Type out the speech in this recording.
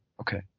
Okay